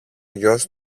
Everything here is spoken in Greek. γιος